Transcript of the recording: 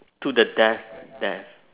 to the death death